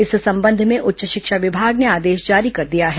इस संबंध में उच्च शिक्षा विभाग ने आदेश जारी कर दिया है